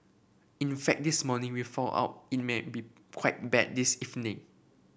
in fact this morning we four out it might be quite bad this evening